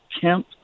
Kemp